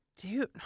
Dude